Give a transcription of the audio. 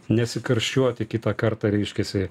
nesikarščiuoti kitą kartą reiškiasi